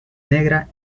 negra